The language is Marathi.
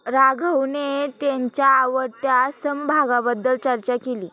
राघवने त्याच्या आवडत्या समभागाबद्दल चर्चा केली